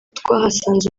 twahasanze